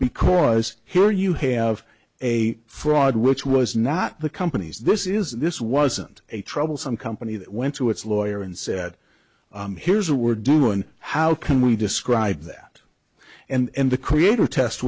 because here you have a fraud which was not the companies this is this wasn't a troublesome company that went to its lawyer and said here's what we're doing how can we describe that and the creator test